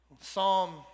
Psalm